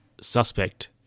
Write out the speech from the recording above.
suspect